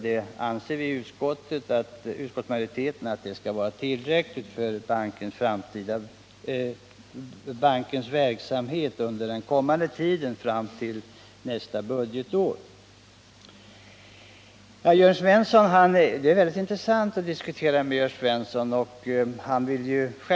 Det anser vi vara tillräckligt för bankens verksamhet fram till nästa budgetår. Det är mycket intressant att diskutera med Jörn Svensson.